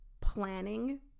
planning